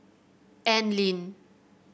Anlene